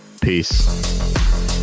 Peace